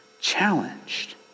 challenged